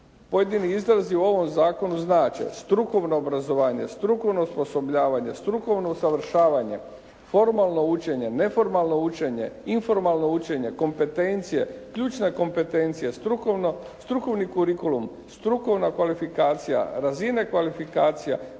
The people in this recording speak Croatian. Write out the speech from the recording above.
Pojedini izrazi u ovom zakonu znače strukovno obrazovanje, strukovno osposobljavanje, strukovno usavršavanje, formalno učenje, neformalno učenje, informalno učenje, kompetencije, ključne kompetencije, strukovni kurikulum, strukovna kvalifikacija, razine kvalifikacija,